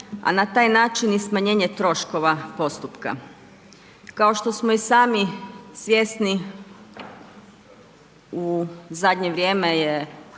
a na taj način i smanjenje troškova postupka. Kao što smo i sami svjesni, u zadnje vrijeme je